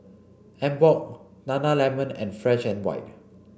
Emborg Nana Lemon and Fresh and White